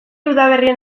udaberrien